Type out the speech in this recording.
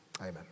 amen